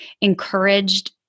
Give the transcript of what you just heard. encouraged